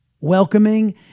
welcoming